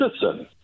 citizen